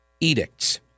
edicts